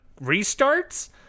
restarts